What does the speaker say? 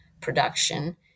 production